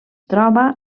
troba